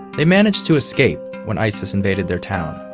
they managed to escape when isis invaded their town.